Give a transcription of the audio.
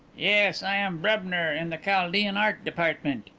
yes. i am brebner in the chaldean art department.